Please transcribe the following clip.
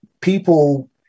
People